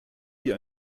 wie